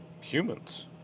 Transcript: humans